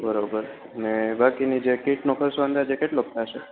બરોબર ને બાકીની જે કીટનો ખર્ચો અંદાજે કેટલો થશે